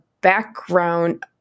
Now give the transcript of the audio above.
background